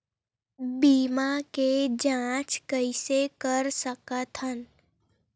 बीमा के जांच कइसे कर सकत हन?